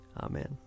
Amen